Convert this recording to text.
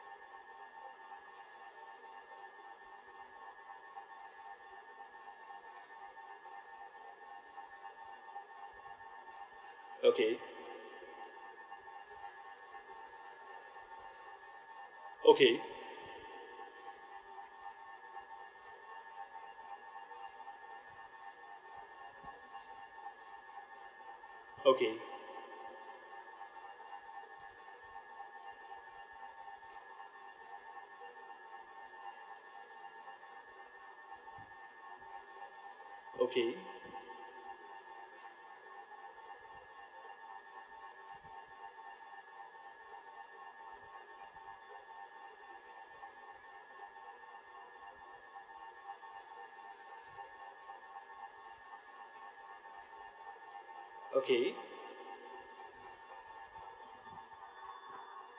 okay okay okay okay okay